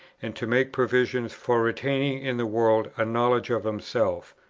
and to make provisions for retaining in the world a knowledge of himself,